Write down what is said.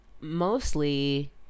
mostly